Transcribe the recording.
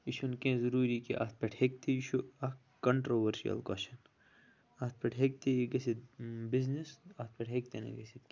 یہِ چھُنہٕ کیٚنٛہہ ضروری کہِ اَتھ پٮ۪ٹھ ہیٚکہِ یہِ چھُ اَکھ کَنٹروؤرشل کوسچن اَتھ پٮ۪ٹھ ہیٚکہِ تہِ یہِ گٔژھتھ بِزنٮ۪س اَتھ پٮ۪ٹھ ہیٚکہِ تِنہٕ گٔژھتھ کیٚنٛہہ